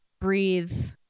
breathe